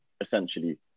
essentially